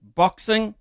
boxing